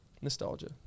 Nostalgia